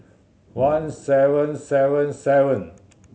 one seven seven seven